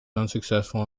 unsuccessful